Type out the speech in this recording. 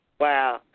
Wow